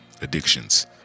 addictions